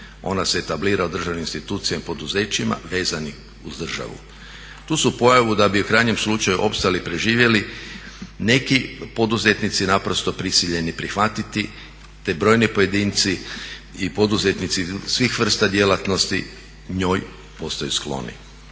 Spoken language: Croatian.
Ona se etablira u državnim institucijama i poduzećima vezanih uz državu. Tu su pojavu da bi u krajnjem slučaju opstali i preživjeli neki poduzetnici naprosto prisiljeni prihvatiti, te brojni pojedinci i poduzetnici svih vrsta djelatnosti njoj postaju skloni.